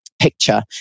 picture